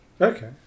okay